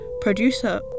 producer